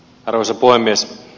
arvoisa puhemies